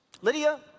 Lydia